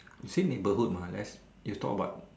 you say neighbourhood mah unless you talk about